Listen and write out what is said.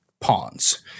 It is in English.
pawns